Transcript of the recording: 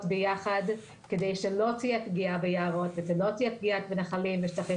ביחד כדי שלא תהיה פגיעה ביערות ולא תהיה בנחלים ובשטחים